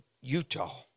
Utah